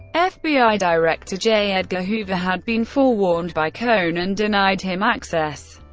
ah fbi director j. edgar hoover had been forewarned by cohn and denied him access,